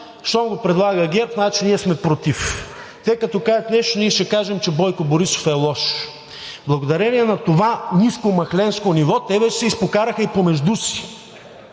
щом го предлага ГЕРБ, значи ние сме против, те кажат нещо, ние ще кажем, че Бойко Борисов е лош. Благодарение на това ниско махленско ниво те вече се изпокараха и помежду си,